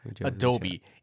Adobe